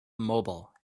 immobile